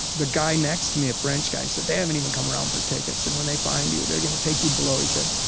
the guy next to me, a french guy said, they haven't even come around for tickets, and when they find you, they're going take you below, he said.